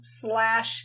slash